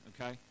okay